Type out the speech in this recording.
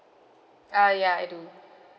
uh ya I do